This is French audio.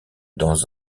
dans